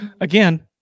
again